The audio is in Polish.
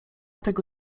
tego